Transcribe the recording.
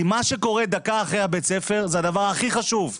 כי מה שקורה דקה אחרי הבית ספר זה הדבר הכי חשוב.